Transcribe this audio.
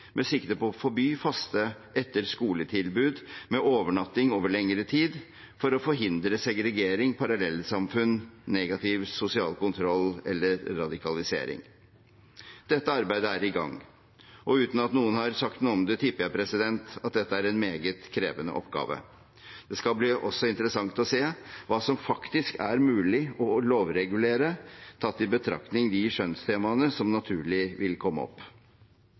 med sikte på å forby faste etter-skole-tilbud med overnatting over lengre tid for å forhindre segregering, parallellsamfunn, negativ sosial kontroll eller radikalisering. Dette arbeidet er i gang, og jeg tipper – uten at noen har sagt noe om det – at dette er en meget krevende oppgave. Det skal også bli interessant å se hva som faktisk er mulig å lovregulere, tatt i betraktning de skjønnstemaene som naturlig vil komme opp.